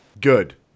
Good